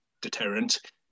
deterrent